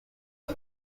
nta